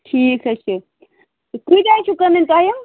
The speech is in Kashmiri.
ٹھیٖک حَظ چھُ کۭتیاہ حَظ چھِو کٕنٕنۍ تۄہہِ